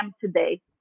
today